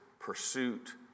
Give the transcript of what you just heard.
Pursuit